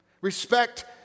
Respect